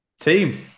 Team